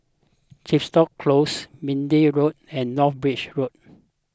Chepstow Close Minden Road and North Bridge Road